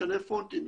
משנה פונטים,